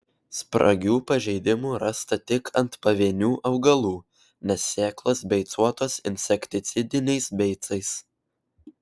spragių pažeidimų rasta tik ant pavienių augalų nes sėklos beicuotos insekticidiniais beicais